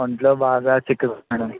ఒంట్లో బాగా చిక్కిపోతున్నాడు